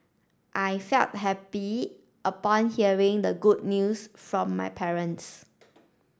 I felt happy upon hearing the good news from my parents